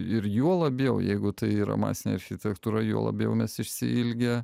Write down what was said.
ir juo labiau jeigu tai yra masinė architektūra juo labiau mes išsiilgę